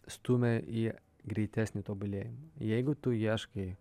stumia į greitesnį tobulėjimą jeigu tu ieškai